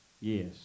Yes